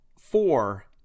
four